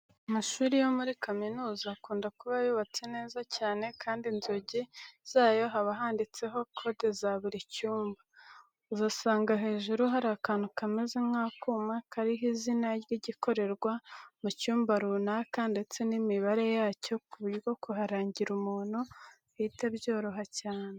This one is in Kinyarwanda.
Amashuri yo muri kaminuza akunda kuba yubatse neza cyane kandi inzugi zayo haba handitseho kode za buri cyumba. Uzasanga hejuru hari akantu kameze nk'akuma kariho izina ry'igikorerwa mu cyumba runaka ndetse n'imibare yacyo ku buryo kuharangira umuntu bihita byoroha cyane.